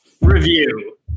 Review